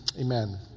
Amen